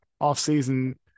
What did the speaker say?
off-season